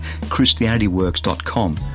ChristianityWorks.com